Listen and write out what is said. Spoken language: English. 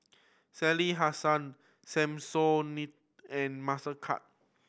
Sally Hansen Samsonite and Mastercard